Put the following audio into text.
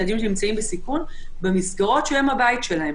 ילדים שנמצאים בסיכון, במסגרות שהן הבית שלהם.